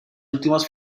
últimas